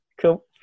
Cool